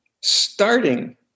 starting